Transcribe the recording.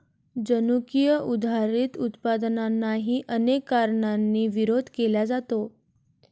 जनुकीय सुधारित उत्पादनांनाही अनेक कारणांनी विरोध केला जातो